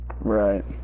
Right